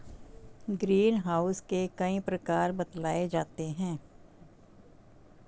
green house के कई प्रकार बतलाए जाते हैं